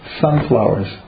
Sunflowers